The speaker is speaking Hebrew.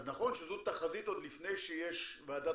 אז נכון שזו תחזית עוד לפני שיש ועדת